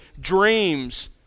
dreams